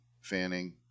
fanning